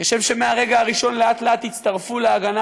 כשם שמהרגע הראשון לאט-לאט הצטרפו להגנה